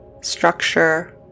structure